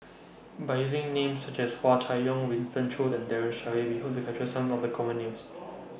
By using Names such as Hua Chai Yong Winston Choos and Daren Shiau We Hope to capture Some of The Common Names